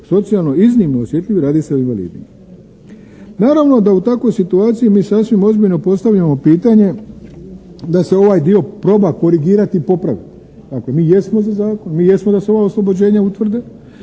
socijalno iznimno osjetljivim, radi se o invalidima. Naravno da u takvoj situaciji mi sasvim ozbiljno postavljamo pitanje da se ovaj dio proba korigirati i popraviti. Dakle mi jesmo za zakon, mi jesmo da se ova oslobođenja utvrde,